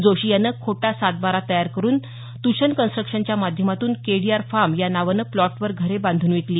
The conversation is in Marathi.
जोशी यानं खोटा सातबारा तयार करून तुश्मन कन्स्ट्रक्शनच्या माध्यमातून केडीआर फार्म या नावानं प्लॉटवर घरे बांधून विकली